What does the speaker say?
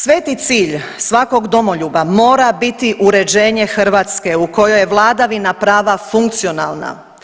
Sveti cilj svakog domoljuba mora biti uređenje Hrvatske u kojoj je vladavina prava funkcionalna.